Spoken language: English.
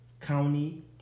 county